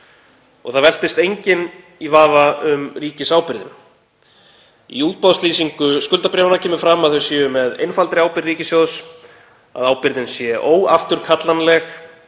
og það velktist enginn í vafa um ríkisábyrgðina. Í útboðslýsingu skuldabréfanna kemur fram að þau séu með einfaldri ábyrgð ríkissjóðs, að ábyrgðin sé óafturkallanleg